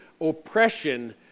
oppression